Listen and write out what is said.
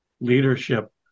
leadership